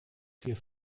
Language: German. für